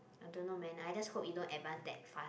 I don't know man I just hope it don't advance that fast